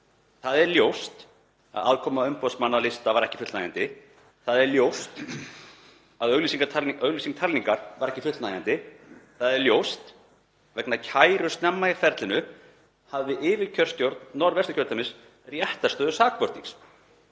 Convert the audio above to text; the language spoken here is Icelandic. Það er ljóst að aðkoma umboðsmanna lista var ekki fullnægjandi. Það er ljóst að auglýsing talningar var ekki fullnægjandi. Það er ljóst að vegna kæru snemma í ferlinu hafði yfirkjörstjórn Norðvesturkjördæmis réttarstöðu sakbornings.